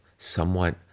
somewhat